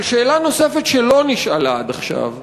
אבל שאלה נוספת שלא נשאלה עד עכשיו,